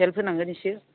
help होनांगोन इसे